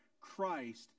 Christ